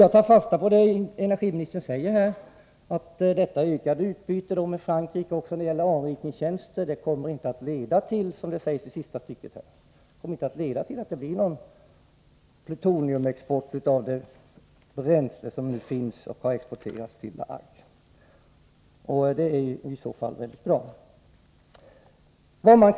Jag tar fasta på energiministerns uttalande här, att det ökade utbytet med Frankrike också när det gäller anrikningstjänster inte kommer att leda till någon export av plutonium som utvinns från bränsle och som har exporterats till La Hague. I så fall är jag mycket nöjd.